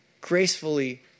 gracefully